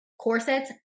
Corsets